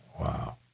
wow